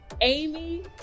Amy